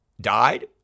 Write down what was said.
died